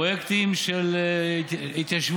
פרויקטים של התיישבות,